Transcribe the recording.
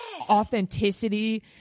authenticity